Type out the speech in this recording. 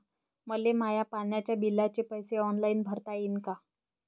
मले माया पाण्याच्या बिलाचे पैसे ऑनलाईन भरता येईन का?